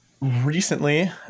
recently